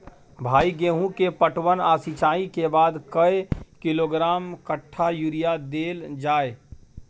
भाई गेहूं के पटवन आ सिंचाई के बाद कैए किलोग्राम कट्ठा यूरिया देल जाय?